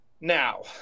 now